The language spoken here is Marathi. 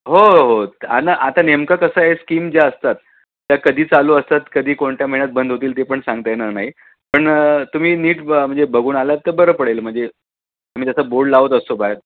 हो हो आणि आता नेमक कसं आहे स्कीम ज्या असतात त्या कधी चालू असतात कधी कोणत्या महिन्यात बंद होतील ते पण सांगता येणार नाही पण तुम्ही नीट ब म्हणजे बघून आलात तर बरं पडेल म्हणजे आम्ही तसं बोर्ड लावत असतो बाहेर